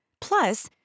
Plus